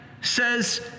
says